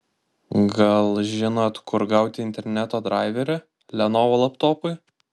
gal žinot kur gauti interneto draiverį lenovo laptopui